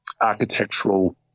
architectural